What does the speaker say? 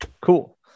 Cool